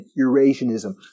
Eurasianism